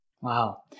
Wow